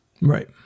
Right